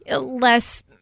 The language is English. less